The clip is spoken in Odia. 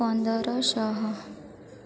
ପନ୍ଦର ଶହ